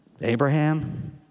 Abraham